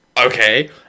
okay